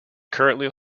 currently